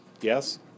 yes